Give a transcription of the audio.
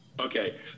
Okay